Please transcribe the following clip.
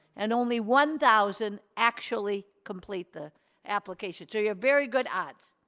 and only one thousand actually complete the application. so you have very good odds.